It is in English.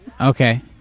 Okay